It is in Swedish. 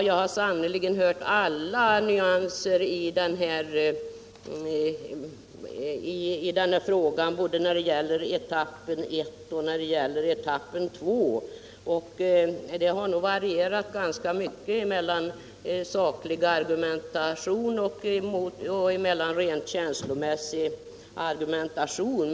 Jag har sannerligen hört alla nyanser i den här frågan, både när det gäller etapp I och etapp 2. Vad som framförts har varierat ganska mycket mellan saklig och rent känslomässig argumentation.